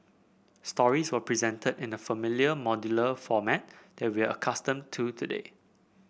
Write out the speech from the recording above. stories were presented in the familiar modular format that we are accustomed to today